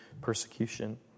persecution